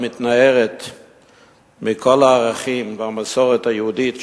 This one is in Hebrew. המתנערת מכל הערכים והמסורת היהודית,